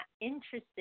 interested